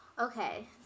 Okay